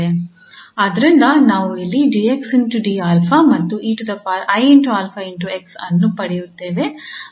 ಆದ್ದರಿಂದ ನಾವು ಅಲ್ಲಿ 𝑑𝑥 𝑑𝛼 ಮತ್ತು 𝑒𝑖𝛼𝑥 ಅನ್ನು ಪಡೆಯುತ್ತೇವೆ